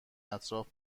اطراف